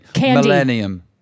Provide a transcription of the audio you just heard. Millennium